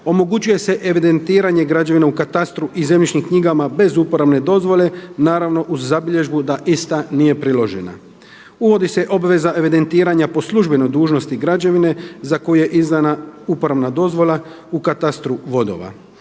Omogućuje se evidentiranje građevina u katastru i zemljišnim knjigama bez uporabne dozvole, naravno uz zabilježbu da ista nije priložena. Uvodi se obveza evidentiranja po službenoj dužnosti građevine za koju je izdana uporabna dozvola u katastru vodova.